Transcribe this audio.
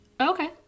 Okay